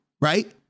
right